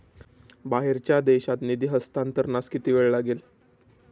बाहेरच्या देशात निधी हस्तांतरणास किती वेळ लागेल?